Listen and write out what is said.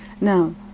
Now